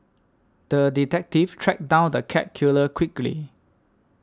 the detective tracked down the cat killer quickly